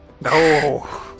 no